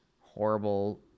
horrible